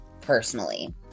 personally